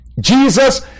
Jesus